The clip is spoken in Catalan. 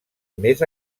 més